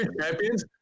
champions